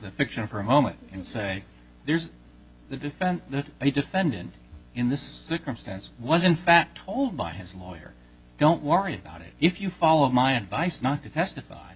the fiction for a moment and say there's the defense and the defendant in this circumstance was in fact told by his lawyer don't worry about it if you follow my advice not to testify